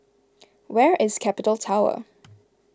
where is Capital Tower